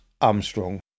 Armstrong